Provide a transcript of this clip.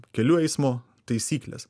kelių eismo taisyklės